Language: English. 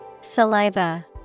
Saliva